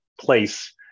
place